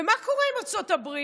ומה קורה עם ארצות הברית?